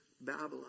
Babylon